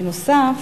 בנוסף,